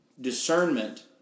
discernment